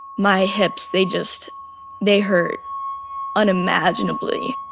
my hips, they just they hurt unimaginably.